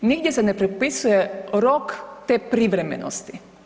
Nigdje se ne propisuje rok te privremenosti.